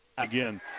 Again